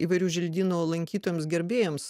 įvairių želdynų lankytojams gerbėjams